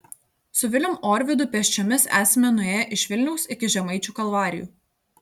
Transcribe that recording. su vilium orvidu pėsčiomis esame nuėję iš vilniaus iki žemaičių kalvarijų